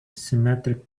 symmetric